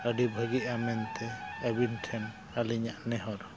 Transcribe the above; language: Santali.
ᱟᱹᱰᱤ ᱵᱷᱟᱹᱜᱤᱜᱼᱟ ᱢᱮᱱᱛᱮ ᱟᱹᱵᱤᱱ ᱴᱷᱮᱱ ᱟᱹᱞᱤᱧᱟᱜ ᱱᱮᱦᱚᱨ